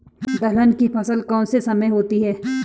दलहन की फसल कौन से समय में होती है?